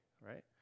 right